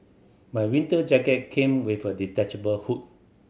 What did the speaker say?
my winter jacket came with a detachable hood